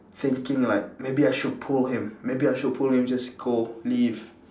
thinking like maybe I should pull him maybe I should pull him just go leave